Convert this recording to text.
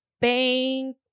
Bang